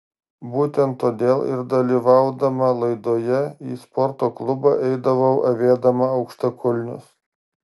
būtent todėl ir dalyvaudama laidoje į sporto klubą eidavau avėdama aukštakulnius